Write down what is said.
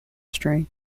string